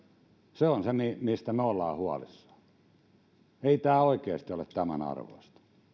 se on se mistä me olemme huolissamme ei tämä oikeasti ole tämän arvoista